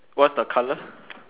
what's the colour